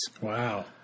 Wow